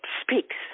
speaks